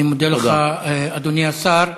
אני מודה לך, אדוני השר.